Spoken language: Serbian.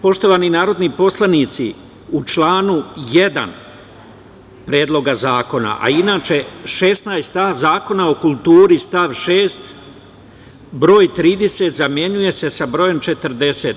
Poštovani narodni poslanici, u članu 1. Predloga zakona, a inače 16a Zakona o kulturi stav 6, broj 30 zamenjuje se sa brojem 40.